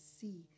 see